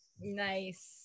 nice